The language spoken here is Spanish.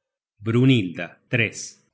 manos bryinhilda